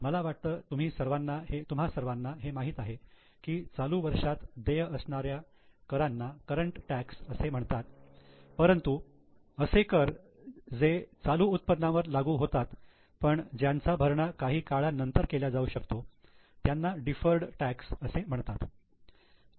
मला वाटतं तुम्हा सर्वांना हे माहित आहे की चालू वर्षात देय असणाऱ्या करांना करंट टॅक्स असे म्हणतात परंतु असे कर जे चालू उत्पन्नावर लागू होतात पण ज्यांचा भरणा काही काळानंतर केल्या जाऊ शकतो त्यांना डिफर्ड टॅक्स असे म्हणतात